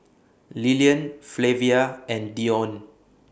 Lilian Flavia and Dione